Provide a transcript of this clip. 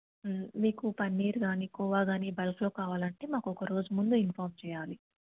మీకు పన్నీర్ గానీ కోవా గానీ బల్క్లో కావాలంటే మాకు ఒక రోజు ముందు ఇన్ఫాం చేయాలి